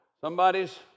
Somebody's